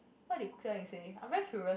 what did jia-ying say I'm very curious